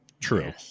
true